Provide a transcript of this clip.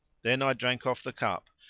then i drank off the cup,